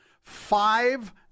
Five